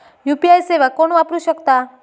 UPI सेवा कोण वापरू शकता?